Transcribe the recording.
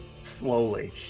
slowly